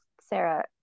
Sarah